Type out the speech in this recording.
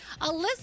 Alyssa